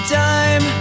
time